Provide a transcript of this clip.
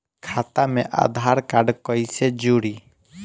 खाता मे आधार कार्ड कईसे जुड़ि?